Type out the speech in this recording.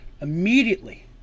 Immediately